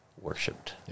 worshipped